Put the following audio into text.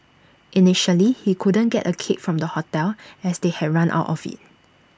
initially he couldn't get A cake from the hotel as they had run out of IT